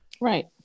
right